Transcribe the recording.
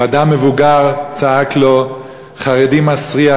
ואדם מבוגר צעק לו: חרדי מסריח,